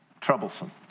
troublesome